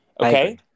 Okay